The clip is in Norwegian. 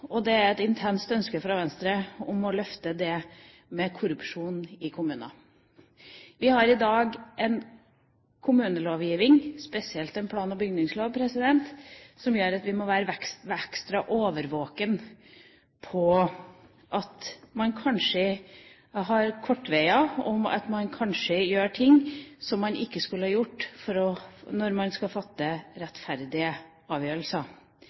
og det er fordi Venstre har et intenst ønske om å løfte temaet korrupsjon i kommunene. Vi har i dag en kommunelovgivning, spesielt en plan- og bygningslov, som gjør at vi må være ekstra årvåkne med tanke på at man kanskje tar snarveier, at man kan gjøre ting som man kanskje ikke skulle ha gjort når man skal fatte rettferdige avgjørelser.